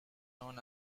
known